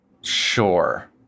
Sure